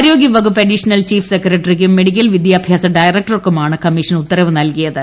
ആരോഗ്യവകുപ്പ് additional chief സെക്രട്ട റിക്കും മെഡിക്കൽ വിദ്യാഭ്യാസ ഡയറക്ടർക്കുമാണ് കമ്മീഷൻ ഉത്തരവ് നൽകിയത്